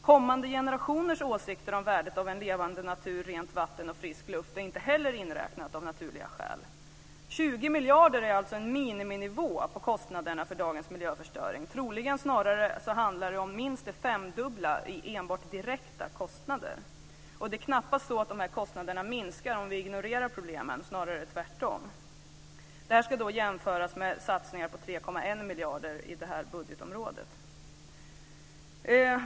Kommande generationers åsikter om värdet av en levande natur, rent vatten och frisk luft är inte heller inräknade av naturliga skäl. 20 miljarder är alltså en miniminivå på kostnaderna för dagens miljöförstöring. Troligen handlar det snarare om minst det femdubbla enbart i direkta kostnader. Det är knappast så att de kostnaderna minskar om vi ignorerar problemen. Det är snarare tvärtom. Det ska jämföras med satsningar på 3,1 miljarder på detta budgetområde.